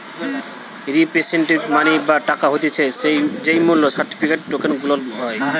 representative money বা টাকা হতিছে যেই মূল্য সার্টিফিকেট, টোকেন গুলার হয়